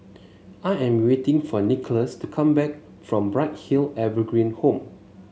I am waiting for Nicolas to come back from Bright Hill Evergreen Home